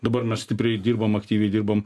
dabar mes stipriai dirbam aktyviai dirbam